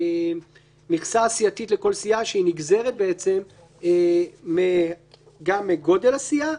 המכסה הסיעתית לכל סיעה שהיא נגזרת בעצם גם מגודל הסיעה,